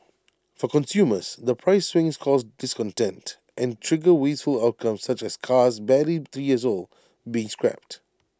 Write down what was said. for consumers the price swings cause discontent and trigger wasteful outcomes such as cars barely three years old being scrapped